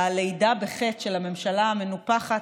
ללידה בחטא של הממשלה המנופחת,